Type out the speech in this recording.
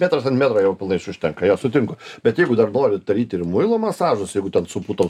metras ant metro jau pilnai užtenka jo sutinku bet jeigu dar noriu daryti ir muilo masažus jeigu ten su putom